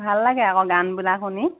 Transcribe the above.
ভাল লাগে আকৌ গানবিলাক শুনি